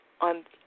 on